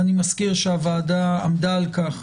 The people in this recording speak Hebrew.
אני מזכיר שהוועדה עמדה על כך